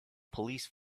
police